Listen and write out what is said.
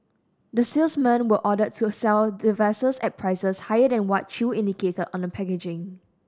the salesmen were ordered to a sell devices at prices higher than what chew indicated on the packaging